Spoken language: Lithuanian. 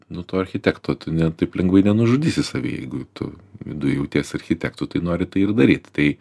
nu to architekto ne taip lengvai nenužudysi savy jeigu tu viduj jauties architektu tai nori tai ir daryt tai